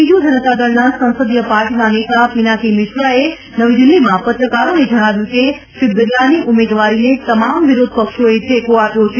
બીજુ જનતાદળના સંસદિય પાર્ટીના નેતા પિનાકી મિશ્રાએ નવી દીલ્હીમાં પત્રકારોને જણાવ્યું કે શ્રી બિરલાની ઉમેદવારીને તમામ વિરોધપક્ષોએ ટેકો આપ્યો છે